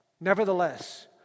nevertheless